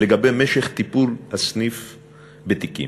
לגבי משך טיפול הסניף בתיקים,